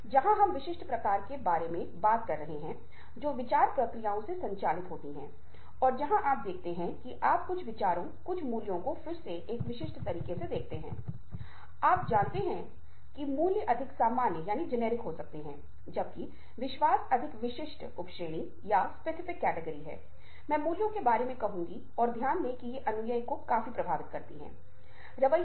अब यदि आप उस तरह के श्रवण को देख रहे हैं जो वह परीक्षा के लिए पर्याप्त है जो छात्रों के लिए पर्याप्त है लेकिन अगर आप पारस्परिक संदर्भ को देख रहे हैं यदि आप सॉफ्ट स्किल्स के संदर्भ को देख रहे हैं तो अलग अलग तरीके से सुनना उस पर ध्यान दिया जाना चाहिए